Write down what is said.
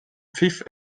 pfiff